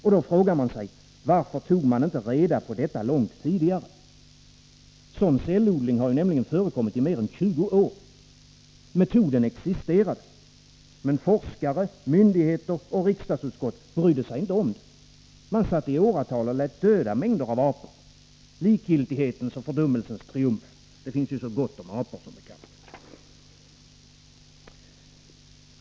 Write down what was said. Och då frågar jag: Varför tog man inte reda på detta långt tidigare? Sådan cellodling har nämligen förekommit i mer än 20 år. Metoden existerade, men forskare, myndigheter och riksdagsutskott brydde sig inte om det. Man lät i åratal döda mängder av apor. Likgiltighetens och fördumningens triumf. Det finns ju som bekant så gott om apor!